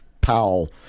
Powell